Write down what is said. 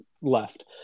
left